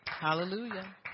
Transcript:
Hallelujah